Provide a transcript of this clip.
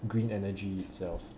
green energy itself